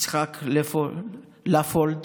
יצחק ליאופולד,